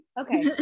okay